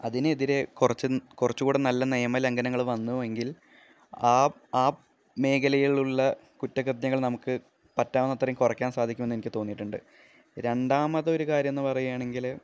അതിനെതിരെ കുറച്ച് കുറച്ചുകൂടെ നല്ല നിയമ ലംഘനങ്ങൾ വന്നു എങ്കിൽ ആ മേഖലയിലുള്ള കുറ്റകൃത്യങ്ങൾ നമുക്ക് പറ്റാവുന്നത്രേ കുറയ്ക്കാൻ സാധിക്കുമെന്നെനിക്ക് തോന്നിയിട്ടുണ്ട് രണ്ടാമതൊരു കാര്യമെന്ന് പറയാണെങ്കില്